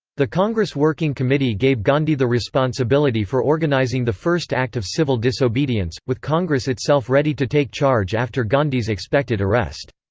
the congress working committee gave gandhi the responsibility for organising the first act of civil disobedience, with congress itself ready to take charge after gandhi's expected arrest.